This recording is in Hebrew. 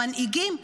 המנהיגים,